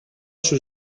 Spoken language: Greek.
σου